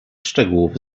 szczegółów